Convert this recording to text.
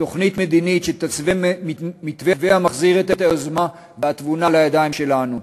תוכנית מדינית שתתווה מתווה המחזיר את היוזמה והתבונה לידיים שלנו,